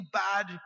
bad